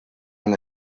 han